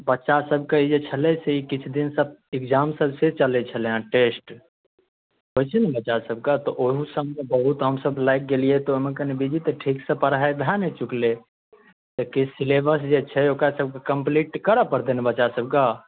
बच्चा सबके जे छलै से ई किछु दिन सऽ एग्जाम सब से चलै छलै हेँ टेस्ट होइ छै ने बच्चा सबके तऽ ओहू सबमे बहुत हम सब लागि गेलियै तऽ ओहिमे कनी बीजी तऽ ठीक सऽ पढ़ाइ भए नहि चुकलै किछु सिलेबस जे छै ओकरा सबके कम्प्लीट करऽ पड़तै ने बच्चा सबके